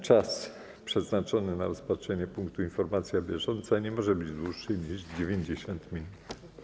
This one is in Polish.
Czas przeznaczony na rozpatrzenie punktu: Informacja bieżąca nie może być dłuższy niż 90 minut.